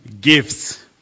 gifts